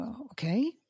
okay